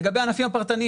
לגבי הענפים הפרטניים,